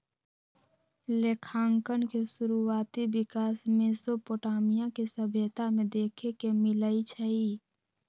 लेखांकन के शुरुआति विकास मेसोपोटामिया के सभ्यता में देखे के मिलइ छइ